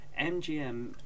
MGM